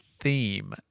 Theme